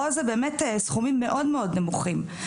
פה זה באמת סכומים מאוד מאוד נמוכים.